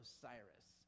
Osiris